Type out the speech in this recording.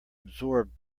absorbed